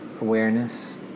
awareness